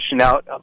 out